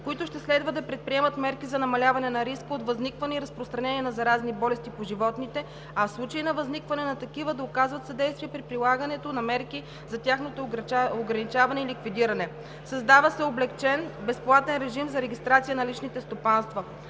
които ще следва да предприемат мерки за намаляване на риска от възникване и разпространение на заразни болести по животните, а в случаи на възникване на такива, да оказват съдействие при прилагането на мерки за тяхното ограничаване и ликвидиране. Създава се облекчен, безплатен режим за регистрация на личните стопанства.